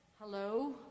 hello